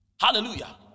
hallelujah